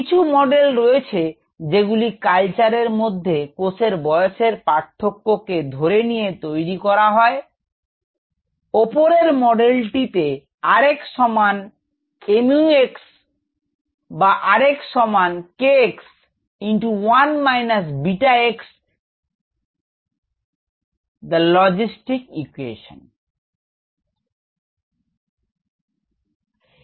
কিছু মডেল রয়েছে যেগুলি কালচার এর মধ্যে কোষের বয়সের পার্থক্য কে ধরে নিয়ে তৈরি করা হয়ওপরের মডেলটিতে r x সমান mu x বা r x সমান k x k x into 1 minus 𝛽 x the logistic equation